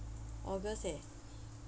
august eh